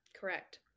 Correct